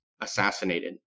assassinated